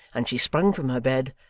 and she sprung from her bed,